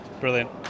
Brilliant